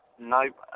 Nope